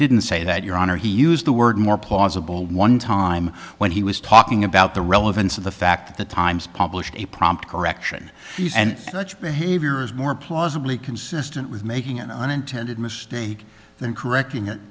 didn't say that your honor he used the word more plausible one time when he was talking about the relevance of the fact that the times published a prompt correction and such behavior is more plausibly consistent with making an unintended mistake than correcting it